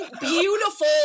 beautiful